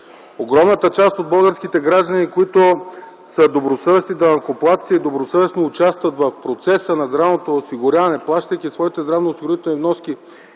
Огромната част от българските граждани, които са добросъвестни данъкоплатци и добросъвестно участват в процеса на здравното осигуряване, плащайки своите здравноосигурителни вноски,